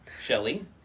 Shelley